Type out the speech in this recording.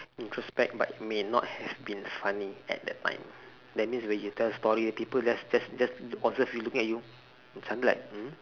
introspect but may not have been funny at that time that means when you tell story people just just just observe you looking at you something like hmm